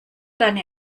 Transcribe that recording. deine